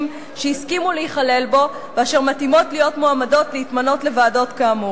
שהסכימו להיכלל בו ואשר מתאימות להיות מועמדות להתמנות לוועדות כאמור.